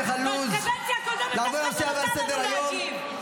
בקדנציה הקודמת אף אחד לא נתן לנו להגיב.